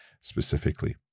specifically